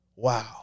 Wow